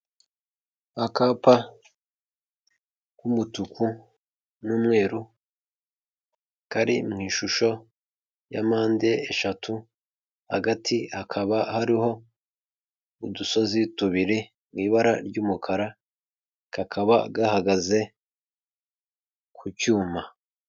Akapa k'umutuku n'umweru kari mu ishusho ya mpande eshatu, hagati hakaba hariho udusozi tubiri mu ibara ry'umukara, kakaba gahagaze ku cyuma.